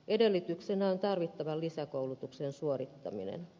edellytyksenä on tarvittavan lisäkoulutuksen suorittaminen